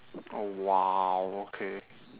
oh !wow! okay